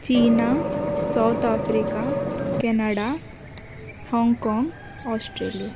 China South Africa Canada Hong Kong Australia